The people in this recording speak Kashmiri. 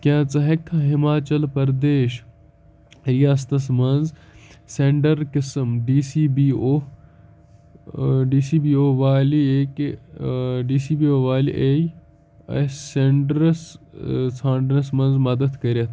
کیٛاہ ژٕ ہیٚککھا ہِماچل پردیش ریاستس منٛز سینٹر قٕسم D C B O D C B O والہِ کہِ ڈی سی بی او والہِ اے ایس سینٹرس ژھانٛڈنَس منٛز مدتھ کٔرِتھ